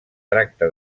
tracta